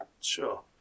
Sure